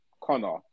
Connor